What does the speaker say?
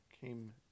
came